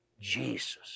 Jesus